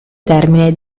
termine